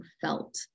felt